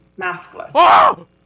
maskless